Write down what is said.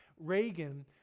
Reagan